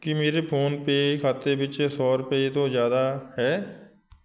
ਕੀ ਮੇਰੇ PhonePe ਖਾਤੇ ਵਿੱਚ ਸੌ ਰੁਪਈਏ ਤੋਂ ਜ਼ਿਆਦਾ ਹੈ